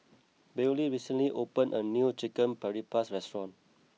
Bailee recently opened a new Chicken Paprikas restaurant